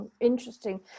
interesting